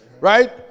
right